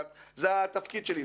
זה התפקיד שלי,